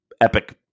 epic